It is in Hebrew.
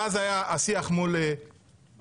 ואז היה השיח מול שגית.